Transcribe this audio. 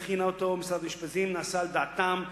וזה נעשה על דעת משרד המשפטים.